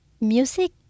music